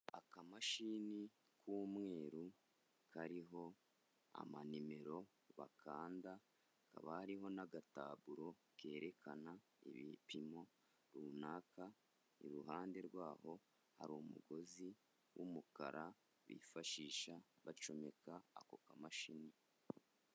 Akamashini k'umweru kariho amanimero bakanda, hakaba hariho n'agataburo kerekana ibipimo runaka, iruhande rwaho hari umugozi w'umukara bifashisha bacomeka ako kamashini.